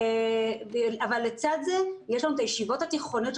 אבל לצד זה יש לנו את הישיבות התיכוניות,